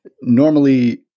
normally